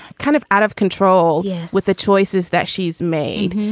kind of out of control yeah with the choices that she's made.